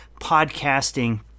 podcasting